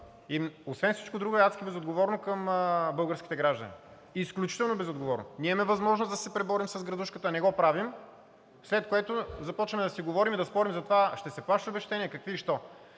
Освен всичко друго е адски безотговорно към българските граждани, изключително безотговорно. Ние имаме възможност да се преборим с градушката, не го правим, след което започваме да си говорим и да спорим за това: ще се плащат ли обезщетения, какви и що.